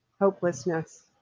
hopelessness